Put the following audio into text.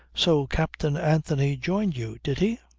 so captain anthony joined you did he?